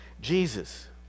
Jesus